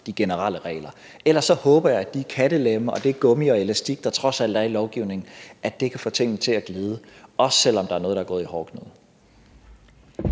de generelle regler. Ellers håber jeg, at de kattelemme og det gummi og elastik, der trods alt er i lovgivningen, kan få tingene til at glide, også selv om der er noget, der er gået i hårdknude.